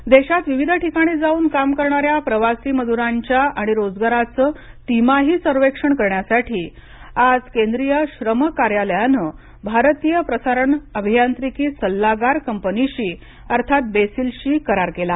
BECIL देशात विविध ठिकाणी जाऊन काम करणाऱ्या प्रवासी मजुरांचे आणि रोजगाराचे तिमाही सर्वेक्षण करण्यासाठी आज केंद्रीय श्रम मंत्रालयाने भारतीय प्रसारण अभियांत्रिकी सल्लागार कंपनीशी अर्थात बेसिलशी करार केला